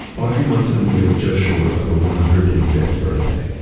audrey munson lived just short of her one hundred and fifth birthday.